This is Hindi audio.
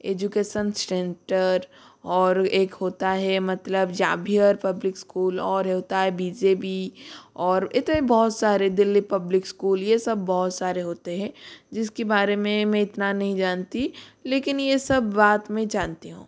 एजुकेसन सेंटर और एक होता है मतलब जाभियर पब्लिक इस्कूल और होता है बी जे बी और इतने बहुत सारे दिल्ली पब्लिक इस्कूल ये सब बहुत सारे होते हैं जिसके बारे में मैं इतना नहीं जानती लेकिन ये सब बात में जानती हूँ